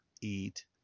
eat